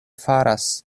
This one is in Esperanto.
faras